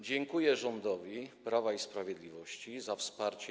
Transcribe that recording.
Dziękuję rządowi Prawa i Sprawiedliwości za wsparcie.